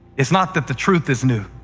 it's not that the truth is new.